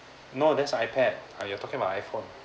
no that's ipad are you talking about iphone